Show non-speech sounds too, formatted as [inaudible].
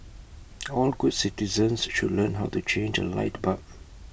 [noise] all good citizens should learn how to change A light bulb